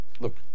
Look